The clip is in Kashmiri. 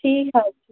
ٹھیٖک حظ چھُ